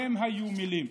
הם היו מילים.